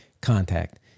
contact